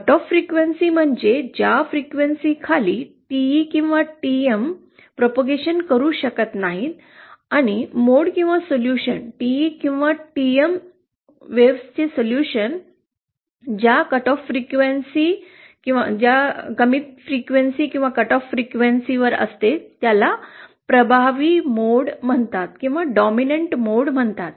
cut off frequency म्हणजे ज्या frequency खाली टीई किंवा टीएम प्रसारित करू शकत नाही आणि मोड किंवा सोल्यूशन टीई किंवा टीएम लहरींचे सोल्यूशन सर्वात कमी कट ऑफ फ्रिक्वेन्सी ज्याला प्रभावी मोड म्हणतात